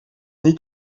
niet